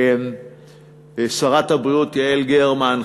שרת הבריאות יעל גרמן,